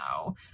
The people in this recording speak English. no